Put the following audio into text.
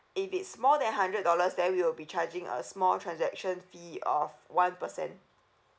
if it's more than hundred dollars then we will be charging a small transaction fee of one percent